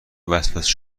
وسوسه